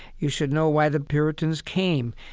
you should know why the puritans came.